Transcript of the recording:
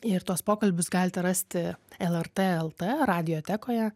ir tuos pokalbius galite rasti lrt lt radiotekoje